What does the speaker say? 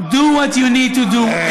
Do what you need to do,